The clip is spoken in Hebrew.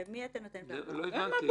למי אתה נותן --- לא הבנתי.